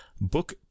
Book